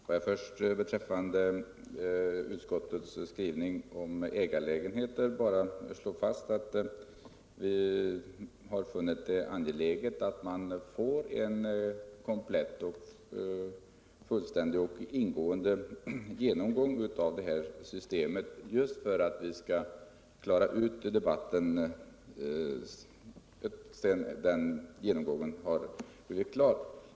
Herr talman! Först beträffande utskottets skrivning i fråga om ägarlägenheter. Jag vill slå fast att vi funnit det angeläget att man får en komplett och ingående genomgång av systemet, just för att vi skall kunna klara ut debatten sedan denna genomgång blivit klar.